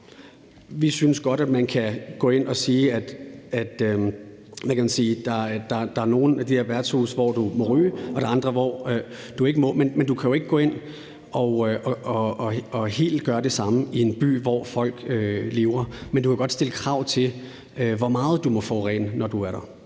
vi synes godt, man kan gå ind og sige, at der er nogle af de her værtshuse, hvor du må ryge, og der er andre, hvor du ikke må. Man kan jo ikke gå ind og gøre helt det samme i en by, hvor folk lever, men man kan godt stille krav til, hvor meget du må forurene, når du er der.